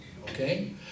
Okay